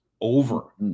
over